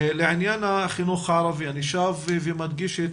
לעניין החינוך הערבי אני שב ומדגיש את